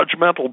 judgmental